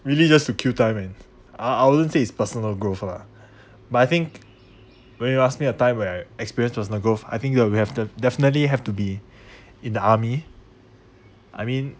really just to kill time eh and I I wouldn't say it's personal growth lah but I think when you ask me a time where experienced personal growth I think you have we to definitely have to be in the army I mean